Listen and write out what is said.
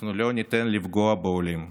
אנחנו לא ניתן לפגוע בעולים.